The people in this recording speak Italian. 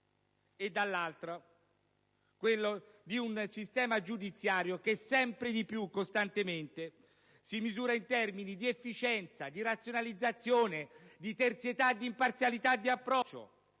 dall'altro, con riferimento ad un sistema giudiziario che sempre più costantemente si misura in termini di efficienza, di razionalizzazione, di terzietà e di imparzialità di approccio.